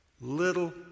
Little